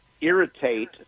irritate